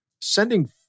sending